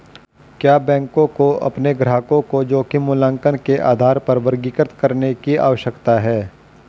क्या बैंकों को अपने ग्राहकों को जोखिम मूल्यांकन के आधार पर वर्गीकृत करने की आवश्यकता है?